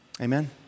Amen